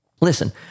Listen